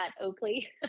Oakley